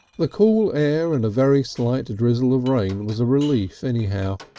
the cool air and a very slight drizzle of rain was a relief anyhow.